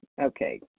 Okay